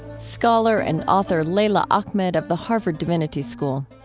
scholar and author leila ahmed of the harvard divinity school.